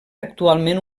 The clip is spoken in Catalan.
actualment